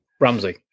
Ramsey